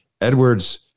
Edwards